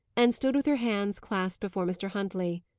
and stood with her hands clasped before mr. huntley.